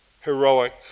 heroic